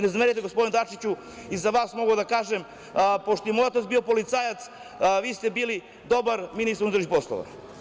Ne zamerite, gospodine Dačiću, i za vas mogu da kažem pošto je i moj otac bio policajac, vi ste bili dobar ministar unutrašnjih poslova.